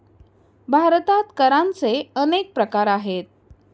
भारतात करांचे अनेक प्रकार आहेत